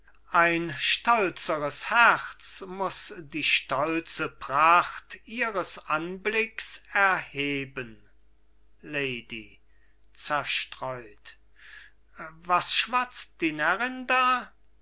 ein stolzeres herz muß die stolze pracht ihres anblicks erheben lady zerstreut was schwatzt die närrin